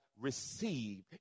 Receive